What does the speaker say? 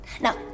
Now